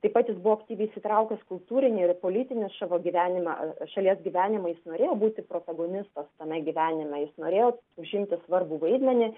taip pat jis buvo aktyviai įsitraukęs kultūrinį ir politinį savo gyvenimą šalies gyvenimą jis norėjo būti protagonistas tame gyvenime jis norėjo užimti svarbų vaidmenį